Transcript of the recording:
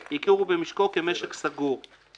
על מצרכים ושירותים (ייצור חלב),